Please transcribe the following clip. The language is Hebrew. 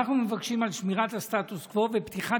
אנחנו מבקשים את שמירת הסטטוס קוו ופתיחת